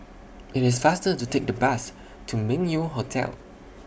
IT IS faster to Take The Bus to Meng Yew Hotel